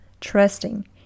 trusting